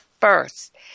first